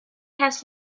has